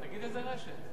תגיד איזו רשת.